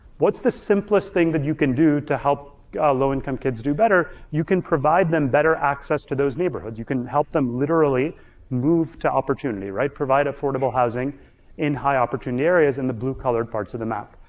what's the simplest thing that you can do to help low-income kids do better? you can provide them better access to those neighborhoods. you can help them literally move to opportunity, right? provide affordable housing in high opportunity areas in the blue-collared parts of the map.